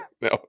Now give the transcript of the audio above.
No